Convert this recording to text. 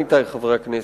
עמיתי חברי הכנסת,